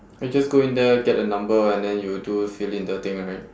we just go in there get the number and then you do fill in the thing right